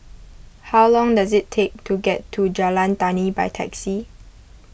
how long does it take to get to Jalan Tani by taxi